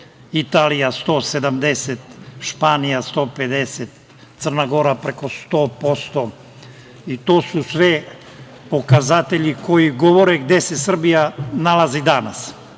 Italija 170%, Španija 150%, Crna Gora preko 100%. To su sve pokazatelji koji govore gde se Srbija nalazi